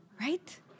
Right